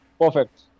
perfect